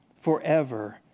forever